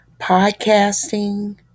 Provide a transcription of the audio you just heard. podcasting